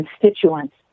constituents